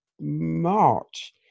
March